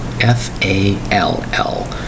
F-A-L-L